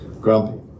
grumpy